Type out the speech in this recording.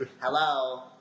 Hello